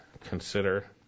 Consider